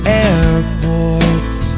airports